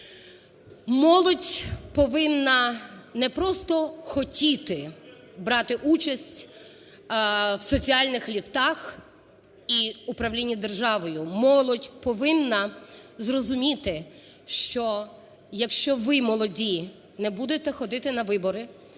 Молодь повинна не просто хотіти брати участь в соціальних ліфтах і управлінні державою. Молодь повинна зрозуміти, що якщо ви молоді не будете ходити на вибори